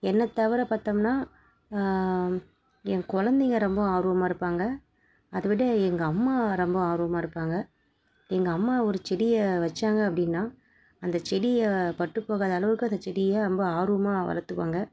என்னைத் தவிர பார்த்தோம்னா என் கொழந்தைங்க ரொம்ப ஆர்வமாக இருப்பாங்க அதை விட எங்கள் அம்மா ரொம்ப ஆர்வமாக இருப்பாங்க எங்கள் அம்மா ஒரு செடியை வைச்சாங்க அப்படின்னா அந்த செடியை பட்டு போகாதளவுக்கு அந்த செடியை ரொம்ப ஆர்வமாக வளர்த்துவாங்க